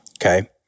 Okay